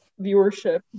viewership